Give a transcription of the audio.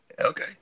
okay